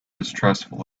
distrustful